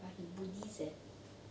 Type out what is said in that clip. but he buddhist leh